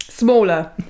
Smaller